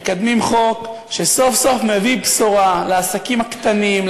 מקדמים חוק שסוף-סוף מביא בשורה לעסקים הקטנים,